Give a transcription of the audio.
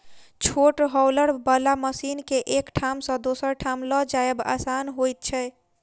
छोट हौलर बला मशीन के एक ठाम सॅ दोसर ठाम ल जायब आसान होइत छै